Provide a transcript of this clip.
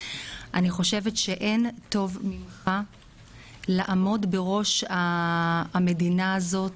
אני חושבת שאין טוב ממך לעמוד בראש המדינה הזאת.